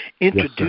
introduce